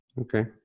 okay